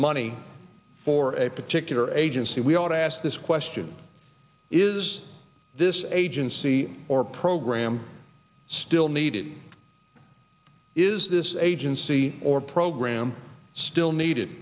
money for a particular agency we ought to ask this question is this agency or program still needed is this agency or program still needed